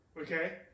okay